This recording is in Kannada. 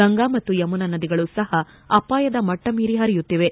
ಗಂಗಾ ಮತ್ತು ಯಮುನಾ ನದಿಗಳು ಸಹ ಅಪಾಯದ ಮಟ್ಟ ಮೀರಿ ಹರಿಯುತ್ತಿವೆ